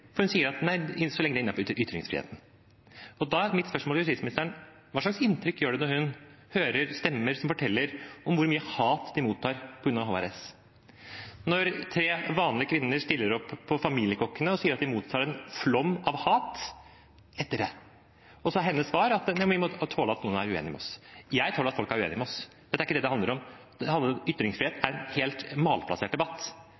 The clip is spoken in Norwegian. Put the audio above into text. så lenge det er innenfor ytringsfriheten. Da er mitt spørsmål til justisministeren: Hva slags inntrykk gjør det når hun hører stemmer som forteller om hvor mye hat de mottar på grunn av HRS? Når tre vanlige kvinner stiller opp i Familiekokkene og sier at de mottar en flom av hat etter det, er hennes svar at vi må tåle at noen er uenig med oss. Jeg tåler at folk er uenig med meg. Men det er ikke det det handler om. At dette handler om ytringsfrihet, er en helt malplassert debatt.